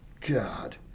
God